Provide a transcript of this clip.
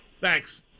Thanks